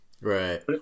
right